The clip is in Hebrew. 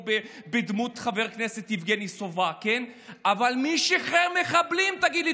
ותפסיקו להשתמש בתמונות של נרצחי הפיגועים.